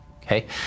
Okay